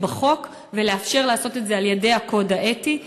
בחוק ולאפשר לעשות את זה על-ידי הקוד האתי.